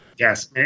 Yes